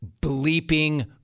bleeping